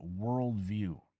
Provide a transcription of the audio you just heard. worldview